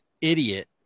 idiot